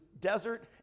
desert